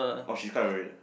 oh she quite worried ah